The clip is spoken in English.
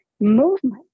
movement